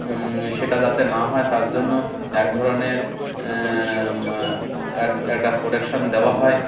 সেটা যাতে না হয় তার জন্য এক ধরনের এক একটা প্রোটেকশান দেওয়া হয়